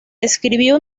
escribió